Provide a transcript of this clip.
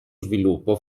sviluppo